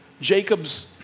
Jacob's